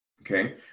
okay